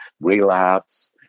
relapse